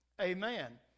Amen